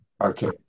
Okay